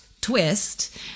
twist